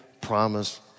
promise